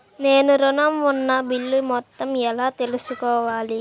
నేను ఋణం ఉన్న బిల్లు మొత్తం ఎలా తెలుసుకోవాలి?